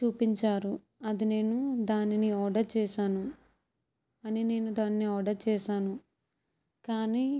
చూపించారు అది నేను దానిని ఆర్డర్ చేశాను అని నేను దాన్ని ఆర్డర్ చేశాను కానీ